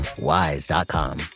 WISE.com